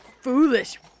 Foolish